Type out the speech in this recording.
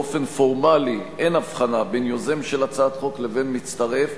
באופן פורמלי אין הבחנה בין יוזם של הצעת חוק לבין מצטרף,